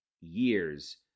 years